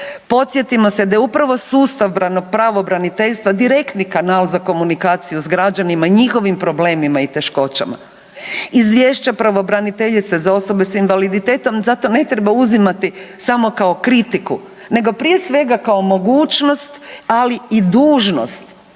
Podsjetimo se da je upravo sustav pravobraniteljstva direktni kanal za komunikaciju s građanima i njihovim problemima i teškoćama. Izvješća pravobraniteljice za osobe s invaliditetom zato ne treba uzimati samo kao kritiku, nego prije svega kao mogućnost ali i dužnost